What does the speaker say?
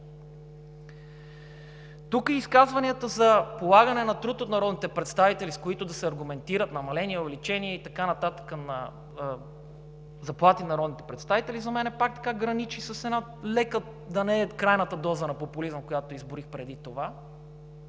Тук изказванията за полагане на труд от народните представители, с които да се аргументират намаление, увеличение и така нататък на заплатите на народните представители, за мен, пак граничи с една лека – да не е крайната доза на популизъм, която изброих преди това,